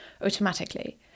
automatically